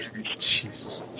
Jesus